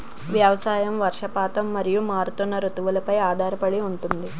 వ్యవసాయం వర్షపాతం మరియు మారుతున్న రుతువులపై ఆధారపడి ఉంటుంది